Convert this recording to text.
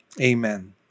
Amen